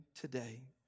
today